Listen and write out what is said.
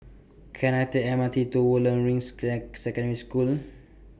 Can I Take M R T to Woodlands Ring Secondary School